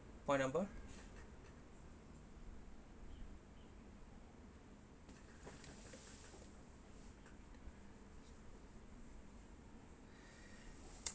point number